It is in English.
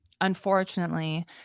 unfortunately